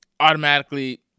automatically